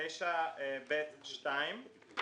סעיף 9(ב)(2)